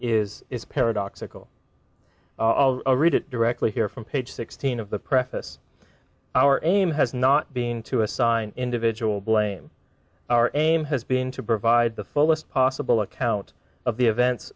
is paradoxical i'll read it directly here from page sixteen of the preface our aim has not being to assign individual blame our aim has been to provide the fullest possible account of the events